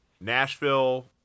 Nashville –